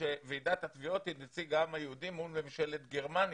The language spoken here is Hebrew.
ועידת התביעות היא נציג העם היהודי מול ממשלת גרמניה,